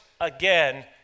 again